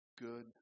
Good